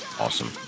Awesome